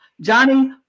Johnny